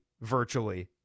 virtually